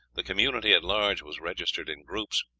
the community at large was registered in groups,